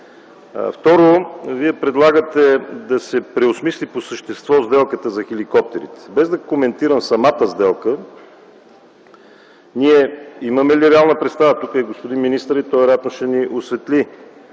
Второ, вие предлагате да се преосмисли по същество сделката за хеликоптерите. Без да коментирам самата сделка, ние имаме ли реална представа (тук е и господин министърът, той вероятно ще ни осветли